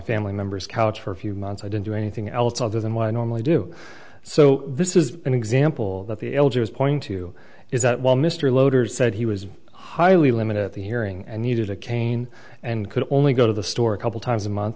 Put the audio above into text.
family members couch for a few months i didn't do anything else other than what i normally do so this is an example that the elders point to is that while mr loaders said he was highly limited at the hearing and needed a cane and could only go to the store a couple times a month